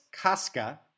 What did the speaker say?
Casca